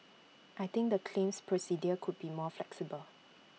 I think the claims procedure could be more flexible